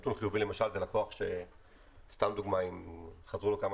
נתון חיובי למשל זה לקוח שאם חזרו לו כמה